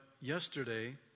yesterday